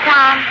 Tom